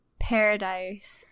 paradise